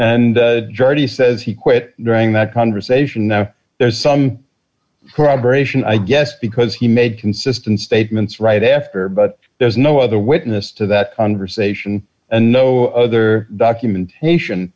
gertie says he quit during that conversation now there's some corroboration i guess because he made consistent statements right after but there's no other witness to that conversation and no other documentation